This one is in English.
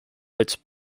its